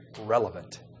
relevant